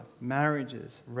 marriages